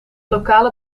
lokale